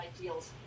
ideals